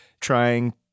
trying